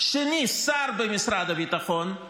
השני שר במשרד הביטחון,